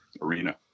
arena